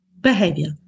Behavior